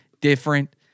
different